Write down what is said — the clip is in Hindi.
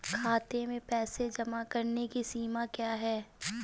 खाते में पैसे जमा करने की सीमा क्या है?